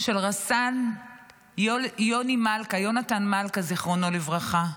של רס"ן יוני מלכה, יהונתן מלכה, זיכרונו לברכה,